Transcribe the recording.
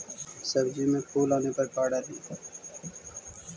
सब्जी मे फूल आने पर का डाली?